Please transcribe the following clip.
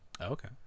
Okay